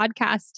podcast